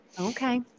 Okay